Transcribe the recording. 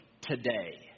today